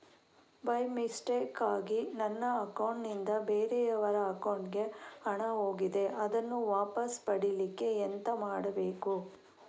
By ಮಿಸ್ಟೇಕಾಗಿ ನನ್ನ account ನಿಂದ ಬೇರೆಯವರ ಅಕೌಂಟ್ ಗೆ ಹಣ ಹೋಗಿದೆ ಅದನ್ನು ವಾಪಸ್ ಪಡಿಲಿಕ್ಕೆ ಎಂತ ಮಾಡಬೇಕು?